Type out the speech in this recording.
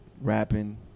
rapping